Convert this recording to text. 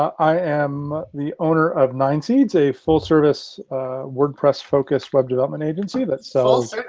i am the owner of nine seeds, a full service wordpress focused web development agency that sells